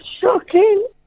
shocking